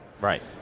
right